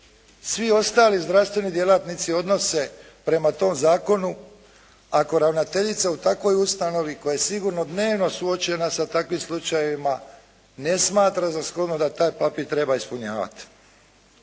svi ostali zdravstveni djelatnici odnose prema tom zakonu ako ravnateljica u takvoj ustanovi koja je sigurno dnevno suočena sa takvim slučajevima ne smatra za shodno da taj papir treba ispunjavati.